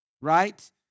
right